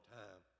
time